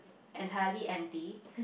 entirely empty